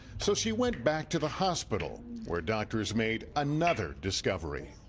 so she went back to the hospital where doctors made another discovery.